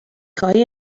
خواهی